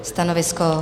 Stanovisko?